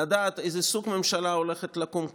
לדעת איזה סוג ממשלה הולכת לקום כאן.